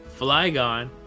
Flygon